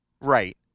Right